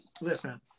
Listen